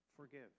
forgive